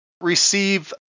receive